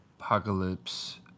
Apocalypse